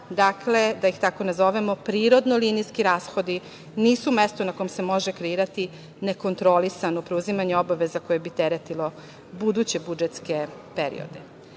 Dakle, da ih tako nazovemo, prirodno linijski rashodi nisu mesto na kom se može kreirati nekontrolisano preuzimanje obaveza koje bi teretilo buduće budžetske periode. Zbog